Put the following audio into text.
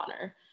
honor